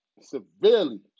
severely